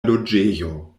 loĝejo